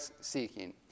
seeking